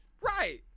Right